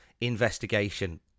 investigation